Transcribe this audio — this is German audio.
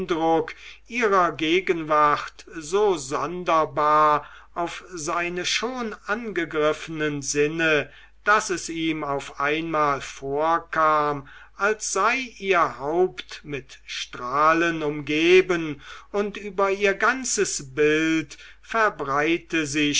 ihrer gegenwart so sonderbar auf seine schon angegriffenen sinne daß es ihm auf einmal vorkam als sei ihr haupt mit strahlen umgeben und über ihr ganzes bild verbreite sich